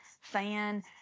fan